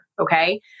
okay